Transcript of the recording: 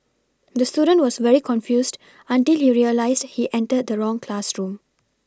the student was very confused until he realised he entered the wrong classroom